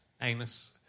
anus